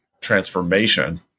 transformation